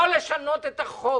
לא לשנות את החוק,